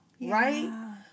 Right